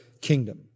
kingdom